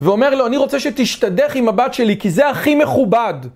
ואומר לו, אני רוצה שתשתדך עם הבת שלי, כי זה הכי מכובד.